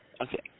Okay